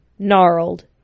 gnarled